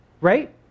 right